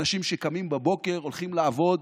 אנשים שקמים בבוקר והולכים לעבוד